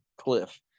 cliff